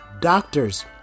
doctors